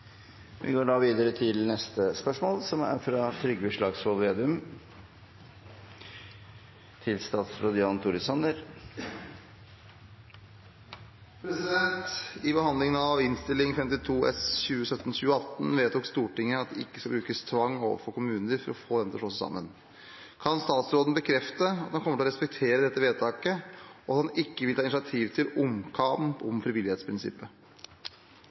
er uenig i den tilnærmingen. «I behandlingen av Innst. 52 S vedtok Stortinget at det ikke skulle brukes tvang overfor kommuner for å få dem til å slå seg sammen. Kan statsråden bekrefte at han kommer til å respektere dette vedtaket, og at han ikke vil ta initiativ til omkamp om frivillighetsprinsippet?»